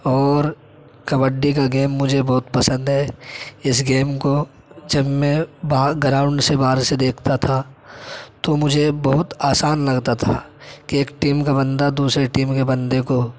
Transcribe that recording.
اور کبڈی کا گیم مجھے بہت پسند ہے اس گیم کو جب میں باہر گراؤنڈ سے باہر سے دیکھتا تھا تو مجھے بہت آسان لگتا تھا کہ ایک ٹِیم کا بندہ دوسرے ٹِیم کے بندے کو